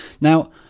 Now